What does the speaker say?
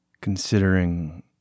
considering